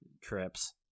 trips